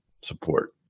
support